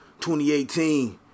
2018